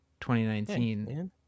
2019